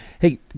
Hey